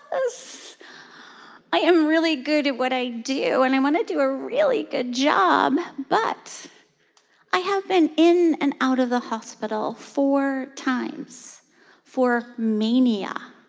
i am really good at what i do. and i want to do a really good job. but i have been in and out of the hospital four times for mania,